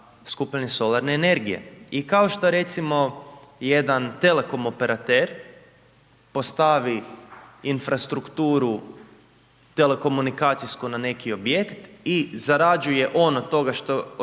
skupljanje solarne energije. I kao što recimo jedan telekom operater postavi infrastrukturu telekomunikacijsku na neki objekt i zarađuje on od toga što